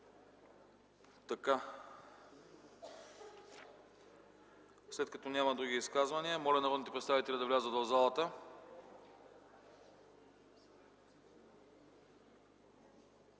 Не. След като няма други изказвания, моля народните представители да влязат в залата.